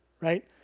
right